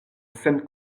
sen